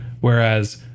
whereas